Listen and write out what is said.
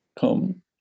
come